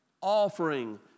offering